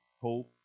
hope